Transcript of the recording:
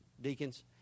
deacons